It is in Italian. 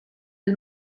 del